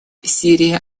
сирия